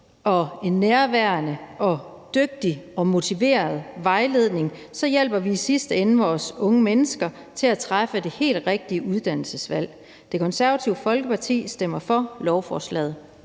en nærværende, god og motiverende vejledning, så hjælper vi i sidste ende vores unge mennesker til at træffe det helt rigtige uddannelsesvalg. Det Konservative Folkeparti stemmer for lovforslaget.